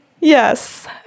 Yes